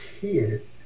kid